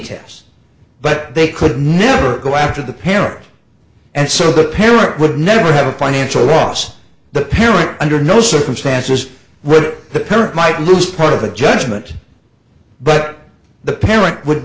rs but they could never go after the parents and so the parent would never have a financial loss the parent under no circumstances would the parent might lose part of the judgment but the parent would